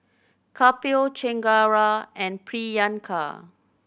Kapil Chengara and Priyanka